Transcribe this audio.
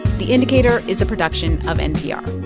the indicator is a production of npr